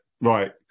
right